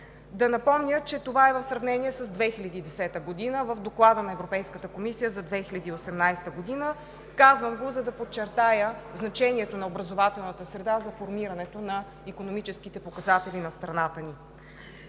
Да напомня, че това е в сравнение с 2010 г. в Доклада на Европейската комисия за 2018 г. Казвам го, за да подчертая значението на образователната среда за формирането на икономическите показатели на страната ни.